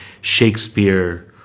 Shakespeare